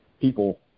people